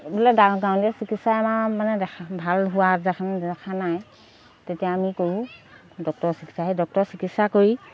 বোলে গাঁৱলীয়া চিকিৎসাই আমাৰ মানে দেখা ভাল হোৱা যেন দেখা নাই তেতিয়া আমি কৰোঁ ডক্টৰ চিকিৎসা সেই ডক্টৰৰ চিকিৎসা কৰি